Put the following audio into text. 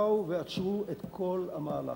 באו ועצרו כל המהלך.